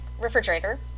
refrigerator